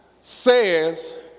says